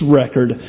record